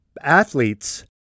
athletes